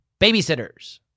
babysitters